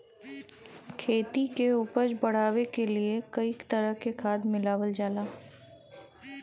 खेती क उपज बढ़ावे क लिए कई तरह क खाद मिलावल जाला